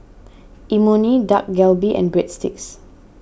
Imoni Dak Galbi and Breadsticks